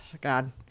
God